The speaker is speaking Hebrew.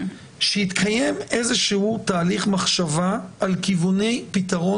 שיתקיים איזה שהוא תהליך מחשבה על כיווני פתרון